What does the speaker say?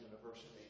University